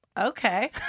okay